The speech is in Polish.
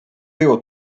było